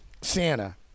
Santa